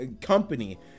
company